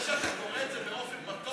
זה שאתה קורא את זה באופן מתוק,